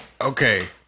Okay